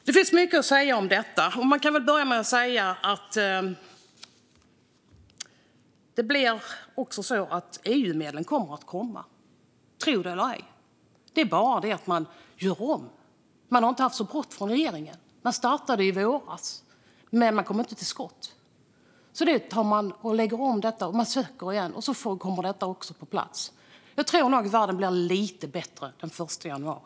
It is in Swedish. Det finns mycket att säga om detta. EU-medlen kommer att komma, tro det eller ej. Det är bara det att man gör om det här. Man har inte haft så brått från regeringen. Man startade i våras, men man kom inte till skott. Nu läggs det här om. Man söker igen, och så kommer det på plats. Jag tror nog att världen blir lite bättre den 1 januari.